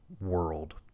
world